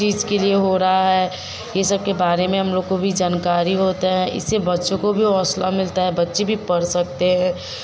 चीज़ के लिए हो रहा है ये सब के बारे में हम लोग को भी जानकारी होता है इसे बच्चों को भी हौसला मिलता है बच्चे भी पढ़ सकते हैं